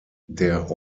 der